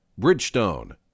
Bridgestone